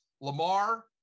Lamar